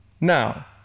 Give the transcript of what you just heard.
Now